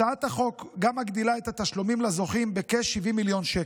הצעת החוק גם מגדילה את התשלומים לזוכים בכ-70 מיליון שקל.